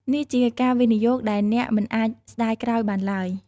នេះជាការវិនិយោគដែលអ្នកមិនអាចស្តាយក្រោយបានឡើយ។